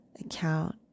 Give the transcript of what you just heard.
account